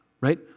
right